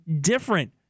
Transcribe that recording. different